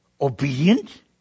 obedient